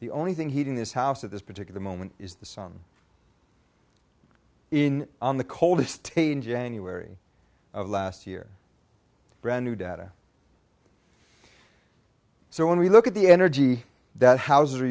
the only thing heating this house at this particular moment is the sun in on the coldest tain january of last year brand new data so when we look at the energy that houses are